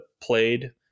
played